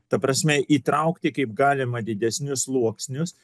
ta prasme įtraukti kaip galima didesnius sluoksnius